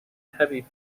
heavy